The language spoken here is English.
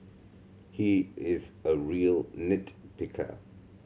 he is a real nit picker